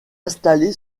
installé